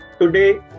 Today